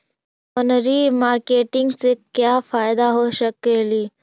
मनरी मारकेटिग से क्या फायदा हो सकेली?